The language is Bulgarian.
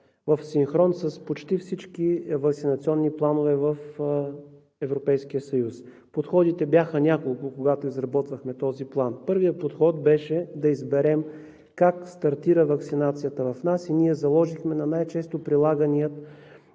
в синхрон с почти всички ваксинационни планове в Европейския съюз. Подходите бяха няколко, когато изработвахме този план. Първият подход беше да изберем как стартира ваксинацията в нас и ние заложихме на най-често прилагания